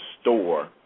store